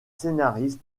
scénariste